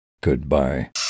Goodbye